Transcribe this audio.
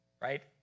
right